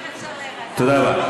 תודה רבה.